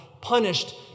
punished